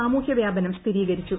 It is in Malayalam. സാമൂഹ്യവ്യാപനം സ്ഥിരീകരിച്ചു